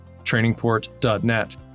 Trainingport.net